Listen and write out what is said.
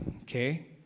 okay